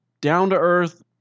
down-to-earth